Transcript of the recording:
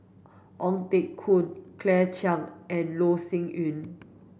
Ong Teng Koon Claire Chiang and Loh Sin Yun